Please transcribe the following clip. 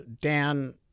Dan